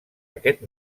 aquest